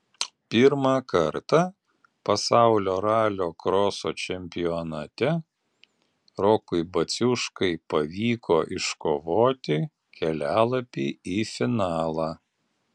pirmą kartą pasaulio ralio kroso čempionate rokui baciuškai pavyko iškovoti kelialapį į finalą